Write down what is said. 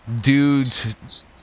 dudes